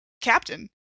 captain